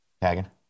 Tagging